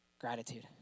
Gratitude